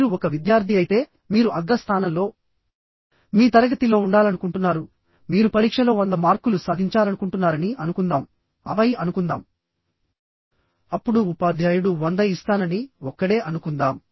మీరు ఒక విద్యార్థి అయితే మీరు అగ్రస్థానంలో మీ తరగతి లో ఉండాలనుకుంటున్నారు మీరు పరీక్షలో 100 మార్కులు సాధించాలనుకుంటున్నారని అనుకుందాంఆపై అనుకుందాం అప్పుడు ఉపాధ్యాయుడు 100 ఇస్తానని ఒక్కడే అనుకుందాం